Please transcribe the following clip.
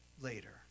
later